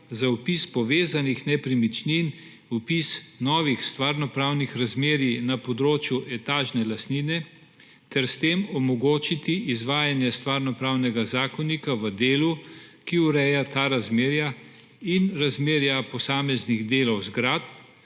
za vpis povezanih nepremičnin, vpis novih stvarnopravnih razmerij na področju etažne lastnine ter s tem omogočiti izvajanje Stvarnopravnega zakonika v delu, ki ureja ta razmerja in razmerja posameznih delov zgradb